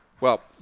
Well-